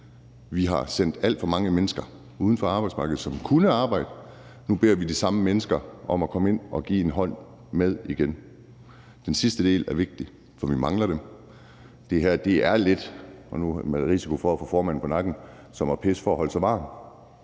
Vi har sendt alt for mange mennesker uden for arbejdsmarkedet, som kunne arbejde, og nu beder vi de samme mennesker om at komme ind og give en hånd med igen. Den sidste del er vigtig, for vi mangler dem, og det her er lidt – og det er nu med risiko for at få formanden på nakken – som at pisse for at holde sig varm.